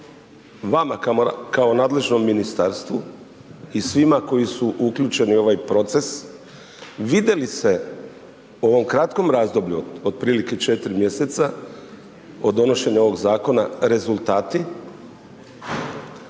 vama kao nadležnom ministarstvu i svima koji su uključeni u ovaj proces? Vide li se u ovom kratkom razdoblju, otprilike 4 mjeseca od donošenja ovog zakona rezultati